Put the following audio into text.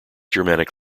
germanic